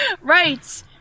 Right